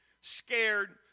scared